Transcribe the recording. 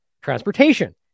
transportation